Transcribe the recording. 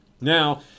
now